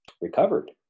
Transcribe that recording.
recovered